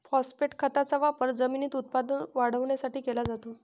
phosphate खताचा वापर जमिनीत उत्पादन वाढवण्यासाठी केला जातो